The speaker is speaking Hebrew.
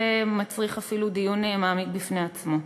זה מצריך אפילו דיון מעמיק בפני עצמו.